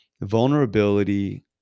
vulnerability